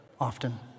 often